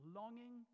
longing